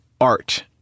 art